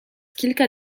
kilka